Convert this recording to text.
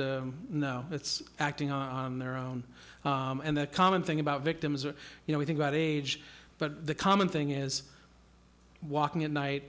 that no it's acting on their own and the common thing about victims are you know we think about age but the common thing is walking at night